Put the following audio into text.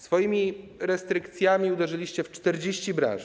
Swoimi restrykcjami uderzyliście w 40 branż.